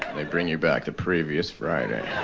they bring you back the previous friday.